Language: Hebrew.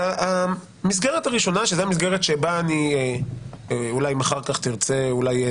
המסגרת הראשונה שאם אחר כך תרצה עו"ד